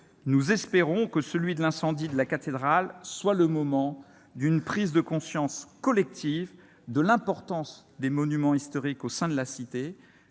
Nous espérons que l'incendie de la cathédrale sera le moment d'une prise de conscience collective de l'importance des monuments historiques au sein de la cité,